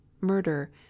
murder